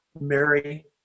Mary